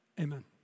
Amen